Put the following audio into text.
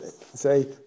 say